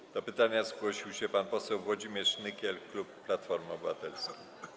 Do zadania pytania zgłosił się pan poseł Włodzimierz Nykiel, klub Platformy Obywatelskiej.